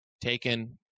Taken